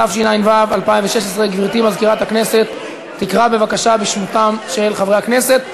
התשע"ו 2016. גברתי מזכירת הכנסת תקרא בבקשה בשמותיהם של חברי הכנסת.